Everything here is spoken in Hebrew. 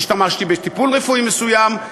השתמשתי בטיפול רפואי מסוים,